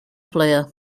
player